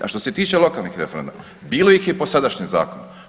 A što se tiče lokalnih referenduma bilo ih je po sadašnjem zakonu.